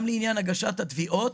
גם לעניין הגשת התביעות,